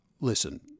Listen